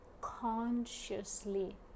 consciously